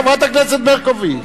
חברת הכנסת ברקוביץ,